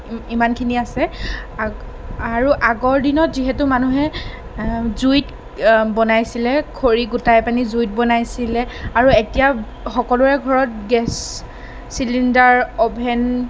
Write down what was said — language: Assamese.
ইমানখিনিয়ে আছে আৰু আগৰ দিনত যিহেতু মানুহে জুইত বনাইছিলে খৰি গোটাই পানি জুইত বনাইছিলে আৰু এতিয়া সকলোৰে ঘৰত গেছ চিলিণ্ডাৰ অ'ভেন